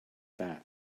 that